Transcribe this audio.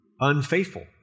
unfaithful